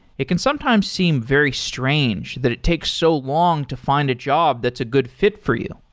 it can sometimes seem very strange that it takes so long to find a job that's a good fit for you.